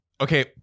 Okay